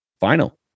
final